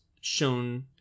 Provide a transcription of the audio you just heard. shown